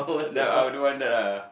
that I don't want that ah